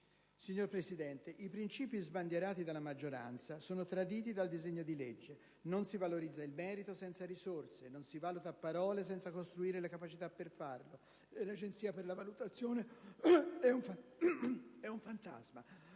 Signor Presidente, i principi sbandierati dalla maggioranza sono traditi dal disegno di legge: non si valorizza il merito senza risorse, non si valuta a parole senza costruire le capacità per farlo e l'Agenzia per la valutazione è un fantasma;